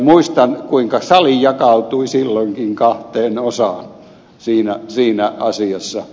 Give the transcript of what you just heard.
muistan kuinka sali jakautui silloinkin kahteen osaan siinä asiassa